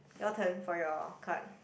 your turn for your card